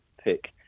pick